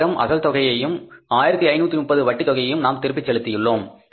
61000 அசல் தொகையையும் 1530 வட்டி தொகையையும் நாம் திரும்பி செலுத்தியுள்ளோம்